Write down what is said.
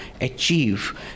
achieve